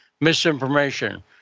misinformation